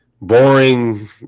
boring